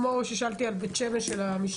כמו ששאלתי על בית שמש של המשטרה,